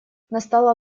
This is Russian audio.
настало